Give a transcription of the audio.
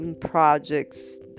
projects